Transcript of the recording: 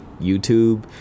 YouTube